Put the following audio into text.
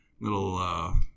little